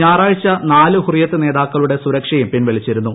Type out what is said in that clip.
ഞായറാഴ്ച നാലു ഹുറിയത്ത് നേതാക്കളുടെ സുരക്ഷയും പിൻവലിച്ചിരുന്നു